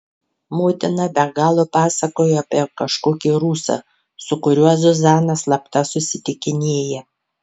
motina be galo pasakojo apie kažkokį rusą su kuriuo zuzana slapta susitikinėja